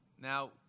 Now